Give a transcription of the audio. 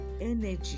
energy